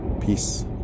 peace